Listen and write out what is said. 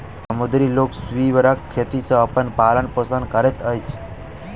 समुद्री लोक सीवरक खेती सॅ अपन पालन पोषण करैत अछि